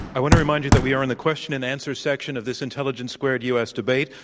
i want to remind you that we are in the question and answer section of this intelligence squared u. s. debate.